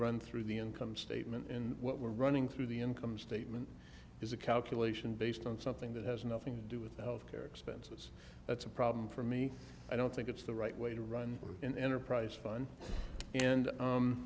run through the income statement in what we're running through the income statement is a calculation based on something that has nothing to do with health care expenses that's a problem for me i don't think it's the right way to run an enterprise fund and